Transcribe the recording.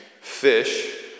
fish